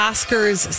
Oscars